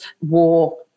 war